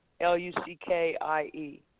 L-U-C-K-I-E